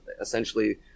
essentially